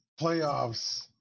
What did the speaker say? Playoffs